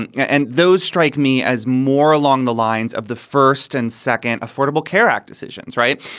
and yeah and those strike me as more along the lines of the first and second affordable care act decisions. right.